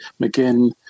McGinn